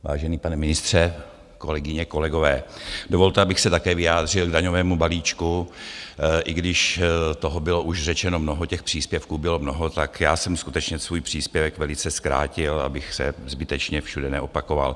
Vážený pane ministře, kolegyně, kolegové, dovolte, abych se také vyjádřil k daňovému balíčku, i když toho bylo už řečeno mnoho, těch příspěvků bylo mnoho, tak já jsem skutečně svůj pří příspěvek velice zkrátil, abych se zbytečně všude neopakoval.